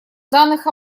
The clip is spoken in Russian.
данных